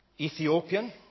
Ethiopian